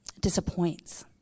disappoints